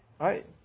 right